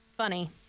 Funny